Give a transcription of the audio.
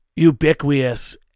ubiquitous